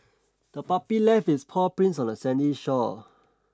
the puppy left its paw prints on the sandy shore